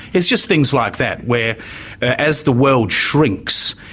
it's just things like that where as the world shrinks,